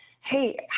hey